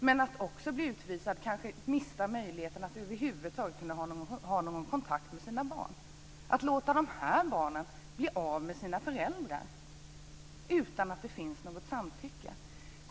Men om de blir utvisade kanske de också mister möjligheten att över huvud taget ha någon kontakt med sina barn. Man låter dessa barn bli av med sina föräldrar utan att det finns något samtycke.